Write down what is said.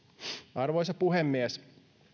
arvoisa puhemies